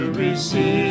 receive